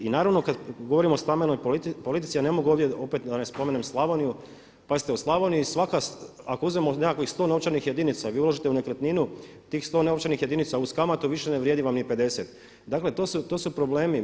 I naravno kada govorimo o stambenoj politici, a ne mogu opet ovdje da ne spomenem Slavoniju, pazite u Slavoniji svaka ako uzmemo nekakvih 100 novčanih jedinica i vi uložite u nekretninu tih 100 novčanih jedinica uz kamatu više ne vrijedi vam ni 50. dakle to su problemi.